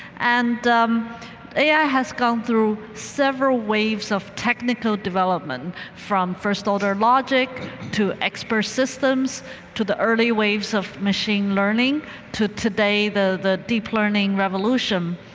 and ai has gone through several waves of technical development from first order logic to expert systems to the early waves of machine learning to today the deep learning revolution.